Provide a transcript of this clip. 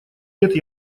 лет